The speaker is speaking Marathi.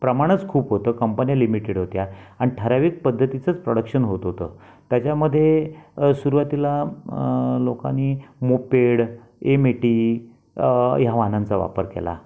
प्रमाणच खूप होतं कंपन्या लिमिटेड होत्या आणि ठराविक पद्धतीचंच प्रोडक्शन होत होतं त्याच्यामध्ये सुरुवातीला लोकांनी मोपेड एम एटी या वाहनांचा वापर केला